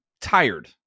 tired